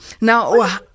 now